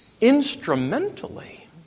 instrumentally